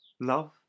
love